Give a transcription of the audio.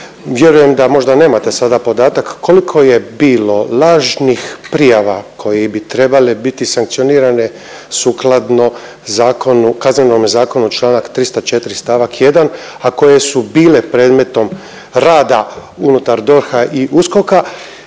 Vjerujem da možda nemate sada podatak koliko je bilo lažnih prijava koji bi trebale biti sankcionirane sukladno Kaznenome zakonu čl. 304. st. 1., a koje su bile predmetom rada unutar DORH-a i USKOK-a